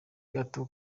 gato